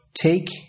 take